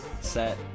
set